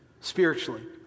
spiritually